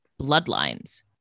Bloodlines